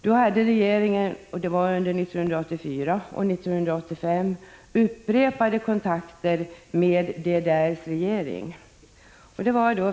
Då hade regeringen — det var under 1984 och 1985 - upprepade kontakter med DDR:s regering.